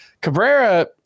Cabrera